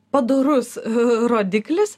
padorus rodiklis